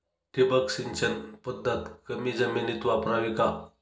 ठिबक सिंचन पद्धत कमी जमिनीत वापरावी का?